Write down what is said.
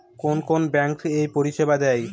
কোন কোন ব্যাঙ্ক এই পরিষেবা দেয়?